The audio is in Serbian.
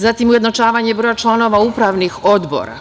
Zatim, ujednačavanje broja članova upravnih odbora.